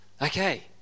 Okay